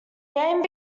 gang